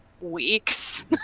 weeks